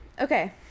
Okay